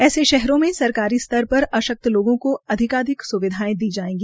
ऐसे शहरों मं सरकारी स्तर पर अशकत लोगों को अधिकारिक स्विधायें दी जायेगी